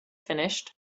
finished